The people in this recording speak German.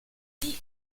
die